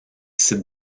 sites